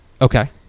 Okay